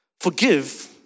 Forgive